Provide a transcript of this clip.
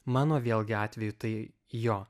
mano vėlgi atveju tai jo